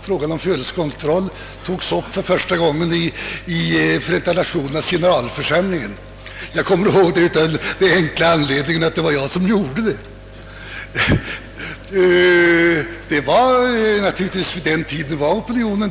frågan om födelsekontrollen första gången togs upp i Förenta Nationernas generalförsamling. Jag kom mer särskilt ihåg det av den enkla: äånledningen att det var jag som gjorde det: På den tiden var naturligtvis opinionen där inte mogen.